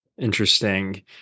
Interesting